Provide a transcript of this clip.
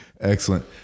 excellent